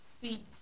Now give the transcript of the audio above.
seats